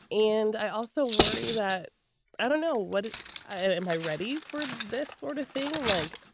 and i also worry that i don't know what and am i ready for this sort of thing like.